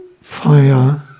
fire